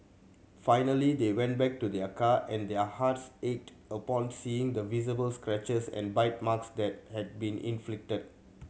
finally they went back to their car and their hearts ached upon seeing the visible scratches and bite marks that had been inflicted